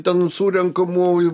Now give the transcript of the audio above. ten surenkamų